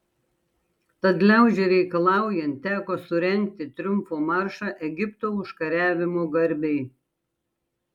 tad liaudžiai reikalaujant teko surengti triumfo maršą egipto užkariavimo garbei